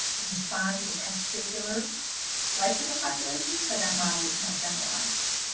respond to a particular slice of the population but that model is not generalizable.